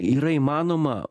yra įmanoma